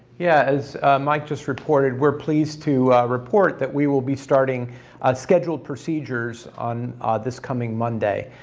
yeah as mike just reported we're pleased to report that we will be starting scheduled procedures on this coming monday.